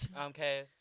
Okay